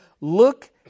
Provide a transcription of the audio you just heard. Look